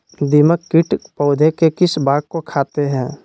दीमक किट पौधे के किस भाग को खाते हैं?